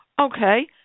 Okay